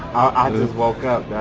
and just woke up